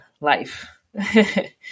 life